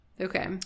Okay